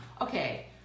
Okay